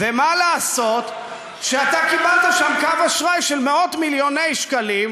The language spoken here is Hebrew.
ומה לעשות שאתה קיבלת שם קו אשראי של מאות-מיליוני שקלים,